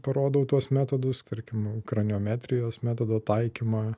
parodau tuos metodus tarkim kraniometrijos metodo taikymą